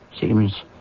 Seems